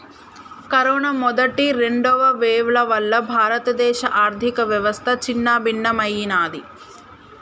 corona మొదటి, రెండవ వేవ్ల వల్ల భారతదేశ ఆర్ధికవ్యవస్థ చిన్నాభిన్నమయ్యినాది